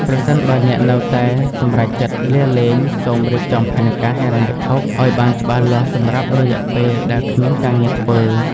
ប្រសិនបើអ្នកនៅតែសម្រេចចិត្តលាលែង សូម រៀបចំផែនការហិរញ្ញវត្ថុ ឲ្យបានច្បាស់លាស់សម្រាប់រយៈពេលដែលអ្នកគ្មានការងារធ្វើ។